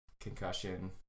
concussion